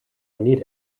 need